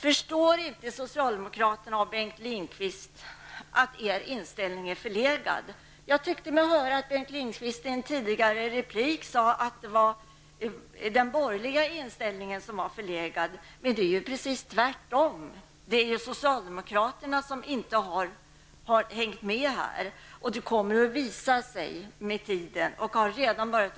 Förstår inte socialdemokraterna och Bengt Lindqvist att er inställning är förlegad? Jag tyckte mig höra Bengt Lindqvist säga i en tidigare replik att det var den borgerliga inställningen som var förlegad, men det är ju precis tvärtom. Det är ju socialdemokraterna som inte har hängt med, och det kommer med tiden att visa sig, och har redan börjat.